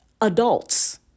adults